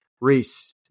Reese